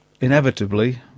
inevitably